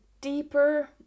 deeper